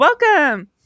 Welcome